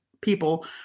people